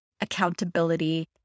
accountability